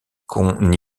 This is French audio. qu’on